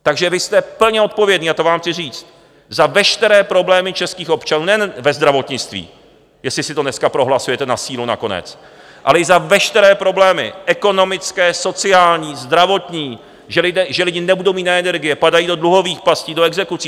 Takže vy jste plně odpovědní, a to vám chci říct, za veškeré problémy českých občanů nejen ve zdravotnictví, jestli si to dneska prohlasujete na sílu nakonec, ale i za veškeré problémy ekonomické, sociální, zdravotní, že lidé nebudou mít na energie, padají do dluhových pastí, do exekucí.